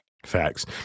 Facts